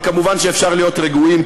אבל כמובן אפשר להיות רגועים,